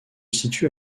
situe